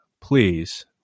please